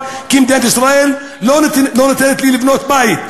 כי מדינת ישראל לא נותנת לי לבנות בית.